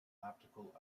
optical